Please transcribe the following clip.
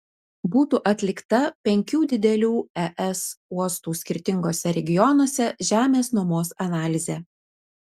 būtų atlikta penkių didelių es uostų skirtinguose regionuose žemės nuomos analizė